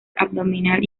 abdominal